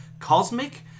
Cosmic